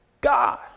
God